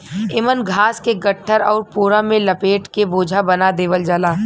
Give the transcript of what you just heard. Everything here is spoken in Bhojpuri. एमन घास के गट्ठर आउर पोरा में लपेट के बोझा बना देवल जाला